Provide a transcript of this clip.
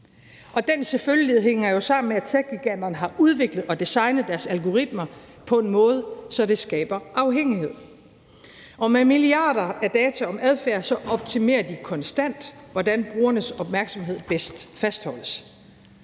Og den selvfølgelighed hænger jo sammen med, at techgiganterne har udviklet og designet deres algoritmer på en måde, der skaber afhængighed. Med milliarder af data om adfærd optimerer de konstant, hvordan brugernes opmærksomhed bedst fastholdes.